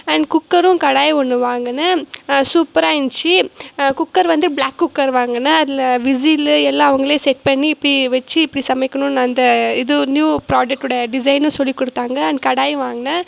and குக்கரும் கடாயும் ஒன்று வாங்கினேன் சூப்பராக இருந்துச்சி குக்கர் வந்து ப்ளாக் குக்கர் வாங்கினேன் அதில் விசிலு எல்லாம் அவர்களே செட் பண்ணி இப்படி வெச்சு இப்படி சமைக்கணுன்னு அந்த இது நியூ ப்ராடக்ட்டோடய டிசைனும் சொல்லிக் கொடுத்தாங்க அண்ட் கடாயும் வாங்கினேன்